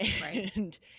Right